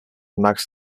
max